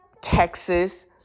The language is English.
Texas